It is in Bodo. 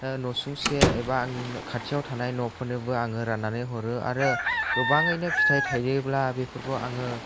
न'सुंसे एबा आंनि खाथियाव थानाय न'फोरनोबो आङो राननानै हरो आरो गोबाङैनो फिथाइ थायोब्ला बेफोरखौ आङो